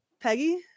Peggy